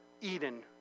Eden